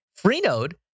Freenode